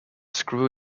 screw